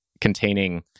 containing